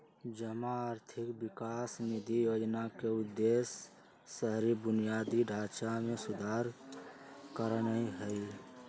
जमा आर्थिक विकास निधि जोजना के उद्देश्य शहरी बुनियादी ढचा में सुधार करनाइ हइ